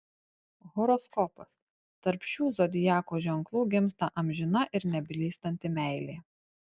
horoskopas tarp šių zodiako ženklų gimsta amžina ir neblėstanti meilė